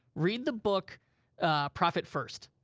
read the book profit first.